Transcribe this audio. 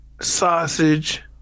sausage